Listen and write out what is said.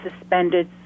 suspended